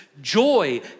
joy